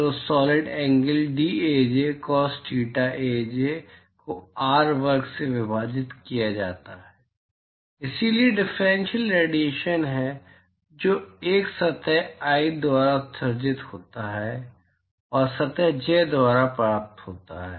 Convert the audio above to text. तो solid angle dAj cos thetaj को R वर्ग से विभाजित किया जाता है इसलिए यह डिफरेंशियल रेडिएशन है जो एक सतह i द्वारा उत्सर्जित होता है और सतह j द्वारा प्राप्त होता है